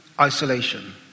isolation